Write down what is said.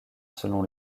selon